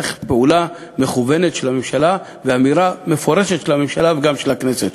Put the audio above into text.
צריך פעולה מכוונת של הממשלה ואמירה מפורשת של הממשלה וגם של הכנסת.